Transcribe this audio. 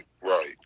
right